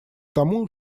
тому